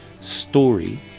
story